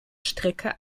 strecke